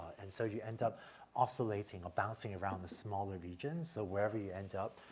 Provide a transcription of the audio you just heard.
and so you end up oscillating or bouncing around the smaller region. so wherever you end up,